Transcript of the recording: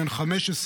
בן 15,